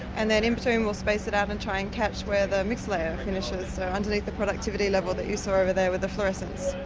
and then in-between we'll space it out and try and catch where the mix layer finishes, so underneath the productivity level that you saw over there with the fluorescence.